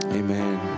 amen